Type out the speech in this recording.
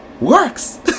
works